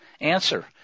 Answer